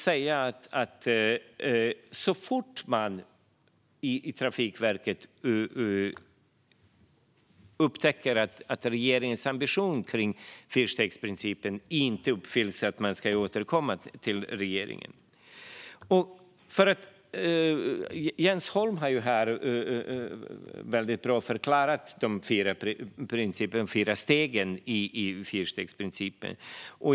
Jo, att så fort Trafikverket upptäcker att regeringens ambition kring fyrstegsprincipen inte uppfylls ska Trafikverket återkomma till regeringen. Jens Holm har här mycket bra förklarat de olika stegen i fyrstegsprincipen.